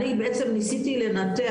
אני בעצם ניסיתי לנתח,